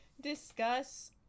discuss